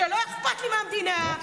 שלא אכפת לי מהמדינה,